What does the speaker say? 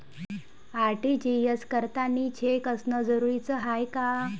RTGS करतांनी cheque असनं जरुरीच हाय का?